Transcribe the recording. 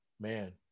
Man